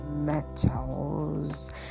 metals